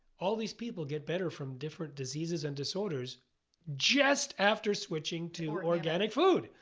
all these people get better from different diseases and disorders just after switching to organic food.